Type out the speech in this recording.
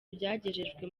byagejejwe